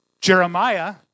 Jeremiah